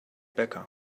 becca